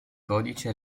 codice